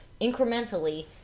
incrementally